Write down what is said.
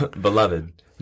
Beloved